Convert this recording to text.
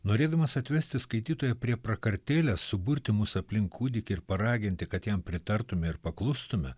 norėdamas atvesti skaitytoją prie prakartėlės suburti mus aplink kūdikį ir paraginti kad jam pritartume ir paklustume